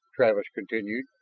travis continued.